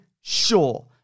sure